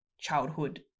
childhood